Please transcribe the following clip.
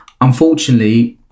unfortunately